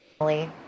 Emily